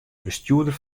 bestjoerder